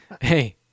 hey